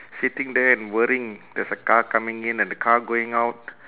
sitting there and worrying there's a car coming in and a car going out